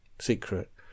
secret